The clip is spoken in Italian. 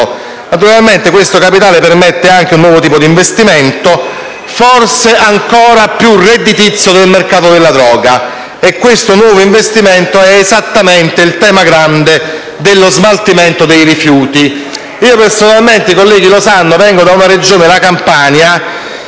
Naturalmente questo capitale permette anche un nuovo tipo di investimento, forse ancora più redditizio del mercato della droga; questo nuovo investimento coincide con il grande tema dello smaltimento dei rifiuti. Personalmente - i colleghi lo sanno - vengo da una Regione, la Campania,